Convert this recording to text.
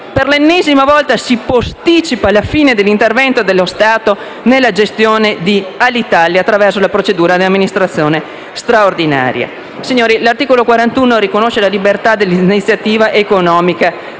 per l'ennesima volta si posticipa la fine dell'intervento dello Stato nella gestione di Alitalia attraverso la procedura di amministrazione straordinaria. Signori, l'articolo 41 riconosce la libertà dell'iniziativa economica